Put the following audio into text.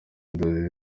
inzozi